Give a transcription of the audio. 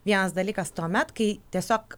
vienas dalykas tuomet kai tiesiog